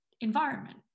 environment